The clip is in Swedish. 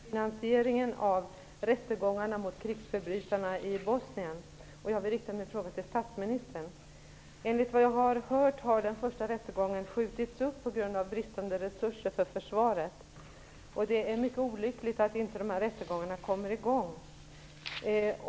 Fru talman! Min fråga handlar också om finansiering, nämligen finansieringen av rättegångarna mot krigsförbrytarna i Bosnien, och jag vill rikta min fråga till statsministern. Enligt vad jag har hört har den första rättegången skjutits upp på grund av bristande resurser för försvaret. Det är mycket olyckligt att dessa rättegångar inte kommer i gång.